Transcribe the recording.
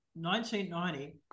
1990